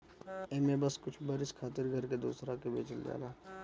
एमे बस कुछ बरिस खातिर घर के दूसरा के बेचल जाला